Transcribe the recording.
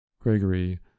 gregory